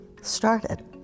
started